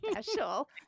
Special